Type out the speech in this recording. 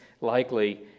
likely